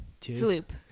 Sloop